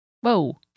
Whoa